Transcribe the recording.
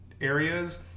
areas